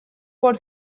por